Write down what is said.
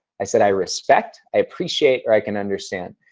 i said, i respect, i appreciate, or i can understand.